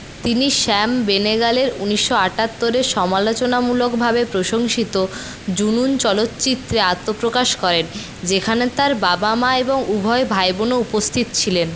তিনি শ্যাম বেনেগালের ঊনিশশো আটাত্তরে সমালোচনামূলকভাবে প্রশংসিত জুনুন চলচ্চিত্রে আত্মপ্রকাশ করেন যেখানে তাঁর বাবা মা এবং উভয় ভাইবোনও উপস্থিত ছিলেন